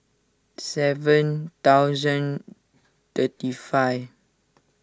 seven thousand thirty five